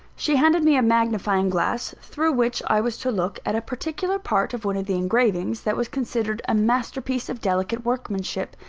she handed me a magnifying glass, through which i was to look at a particular part of one of the engravings, that was considered a master-piece of delicate workmanship.